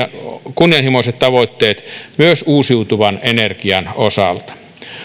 kunnianhimoiset tavoitteet myös uusiutuvan energian osalta